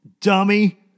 Dummy